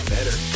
Better